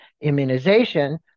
immunization